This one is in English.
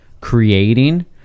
creating